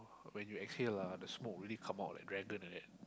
when you exhale ah the smoke really come out like dragon like that